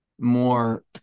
more